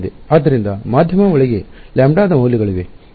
ಆದ್ದರಿಂದ ಮಧ್ಯಮ ಒಳಗೆ ಲ್ಯಾಂಬ್ಡಾದ ಮೌಲ್ಯಗಳಿವೆ